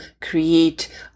create